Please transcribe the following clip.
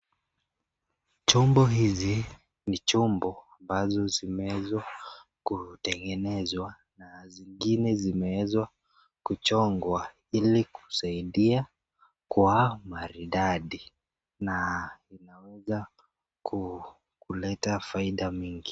Chombo hizi, ni chombo ambazo zimeweza kutengenzwa, na zingine zimeweza kuchongwa, ili kusaidia kwa maridadi. Na inaweza kuleta faida mingi.